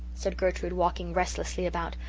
said gertrude, walking restlessly about.